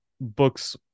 books